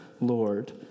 Lord